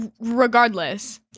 Regardless